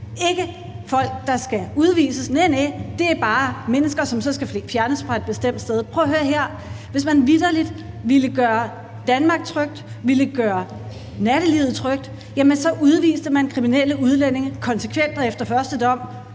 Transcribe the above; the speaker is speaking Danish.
ikke folk, der skal udvises, næ, næ, det er bare mennesker, som så skal fjernes fra et bestemt sted. Prøv at høre her, hvis man vitterlig ville gøre Danmark trygt, ville gøre nattelivet trygt, jamen så udviste man kriminelle udlændinge konsekvent og efter første dom,